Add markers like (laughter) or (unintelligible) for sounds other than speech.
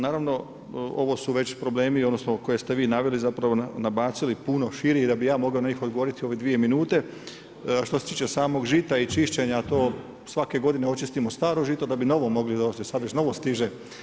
Naravno ovo su već problemi, odnosno koje ste vi naveli, zapravo nabacili puno šire i da bih ja mogao na njih odgovoriti u ove dvije minute, a što se tiče samog žita i čišćenja to svake godine očistimo staro žito da bi novo mogli … (unintelligible) Sad već novo stiže.